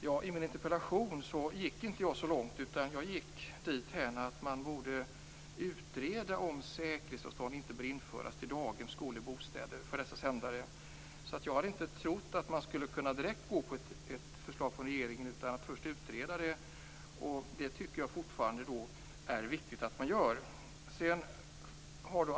Jag gick inte så långt i min interpellation, utan jag gick dithän att man borde utreda frågan om inte säkerhetsavstånd till daghem, skolor och bostäder för dessa sändare borde införas. Jag trodde inte att man skulle kunna gå direkt på ett förslag från regeringen utan att först utreda det, och jag tycker fortfarande att det är viktigt att man utreder först.